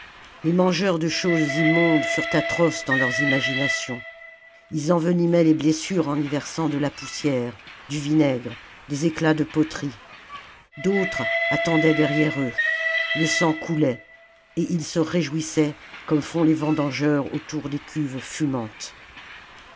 les mangeurs de choses immondes furent atroces dans leurs imaginations ils envenimaient les blessures en y versant de la poussière du vinaigre des éclats de poteries d'autres attendaient derrière eux le sang coulait et ils se réjouissaient comme font les vendangeurs autour des cuves fumantes